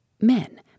Men